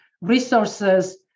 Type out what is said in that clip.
resources